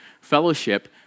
fellowship